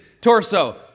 torso